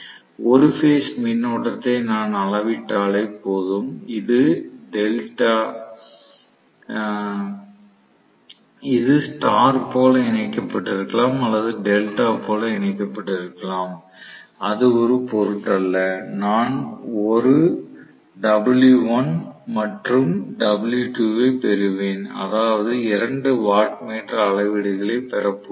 1 phase மின்னோட்டத்தை நான் அளவிட்டாலே போதும் அது ஸ்டார் போல இணைக்கப்பட்டிருக்கலாம் அல்லது டெல்டா போல இணைக்கப்பட்டிருக்கலாம் அது ஒரு பொருட்டல்ல நான் 1 W1 மற்றும் W2 வை பெறுவேன் அதாவது 2 வாட்மீட்டர் அளவீடுகளைப் பெறப் போகிறேன்